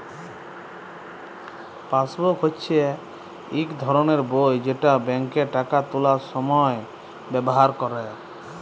passbook হচ্যে ইক ধরলের বই যেট ব্যাংকে টাকা তুলার সময় ব্যাভার ক্যরে